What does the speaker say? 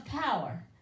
power